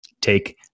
Take